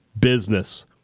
business